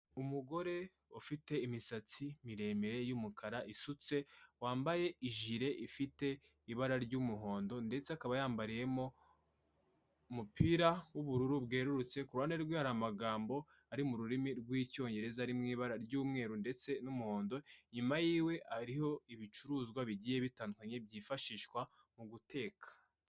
Umugore ufite imisatsi miremire y'umukara isutse wambaye ijire ifite ibara ry'umuhondo ndetse akaba yambariyemo umupira w'ubururu bwerurutse ku ruhande rwe hari amagambo ari mu rurimi rw'icyongereza ari mu ibara ry'umweru ndetse n'umuhondo, inyuma yiwe hariho ibicuruzwa bigiye bitandukanye byifashishwa mu guteka.